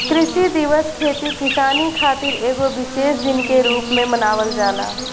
कृषि दिवस खेती किसानी खातिर एगो विशेष दिन के रूप में मनावल जाला